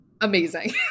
amazing